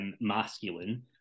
masculine